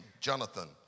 Jonathan